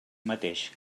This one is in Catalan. mateix